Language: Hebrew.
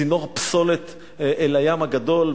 וצינור פסולת אל הים הגדול,